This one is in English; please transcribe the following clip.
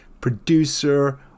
producer